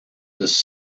this